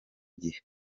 gihe